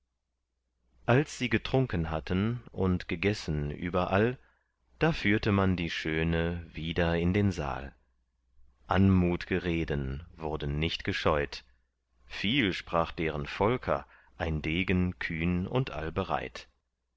als sie getrunken hatten und gegessen überall da führte man die schöne wieder in den saal anmutge reden wurden nicht gescheut viel sprach deren volker ein degen kühn und allbereit